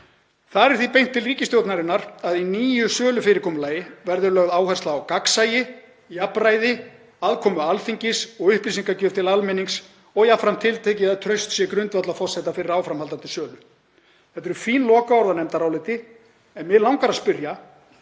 Þar er því beint til ríkisstjórnarinnar að í nýju sölufyrirkomulagi verði lögð áhersla á gagnsæi, jafnræði, aðkomu Alþingis og upplýsingagjöf til almennings, og jafnframt tiltekið að traust sé grundvallarforsenda fyrir áframhaldandi sölu. Þetta eru fín lokaorð á nefndaráliti en mig langar að spyrja: